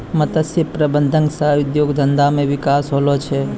मत्स्य प्रबंधन सह उद्योग धंधा मे बिकास होलो छै